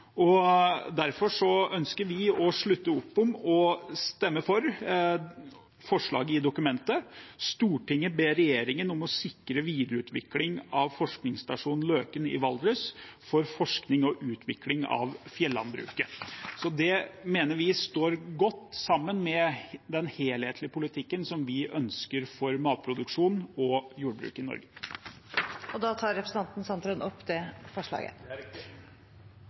i dokumentet: «Stortinget ber regjeringen sikre videreutvikling av forskningsstasjonen Løken i Valdres for forskning og utvikling for fjellandbruket.» Det mener vi står godt sammen med den helhetlige politikken som vi ønsker for matproduksjon og jordbruk i Norge. Jeg tar opp forslaget Arbeiderpartiet har sammen med Senterpartiet og SV. Representanten Nils Kristen Sandtrøen har tatt opp det forslaget